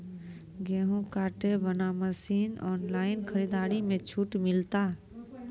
गेहूँ काटे बना मसीन ऑनलाइन खरीदारी मे छूट मिलता?